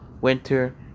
Winter